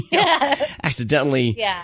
accidentally